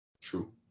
True